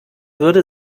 würde